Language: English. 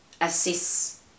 assess